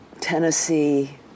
Tennessee